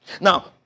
Now